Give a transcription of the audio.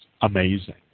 amazing